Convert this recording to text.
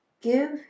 Give